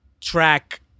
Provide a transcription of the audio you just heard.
track